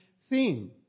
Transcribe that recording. theme